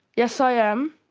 yes, i am.